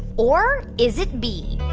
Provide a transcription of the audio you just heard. or is it b,